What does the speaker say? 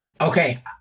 Okay